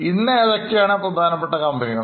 ഇന്ന് ഏതൊക്കെയാണ് പ്രധാനപ്പെട്ട കമ്പനികൾ